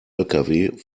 lkw